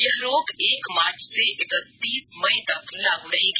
यह रोक एक मार्च से एकतीस मई तक लागू रहेगी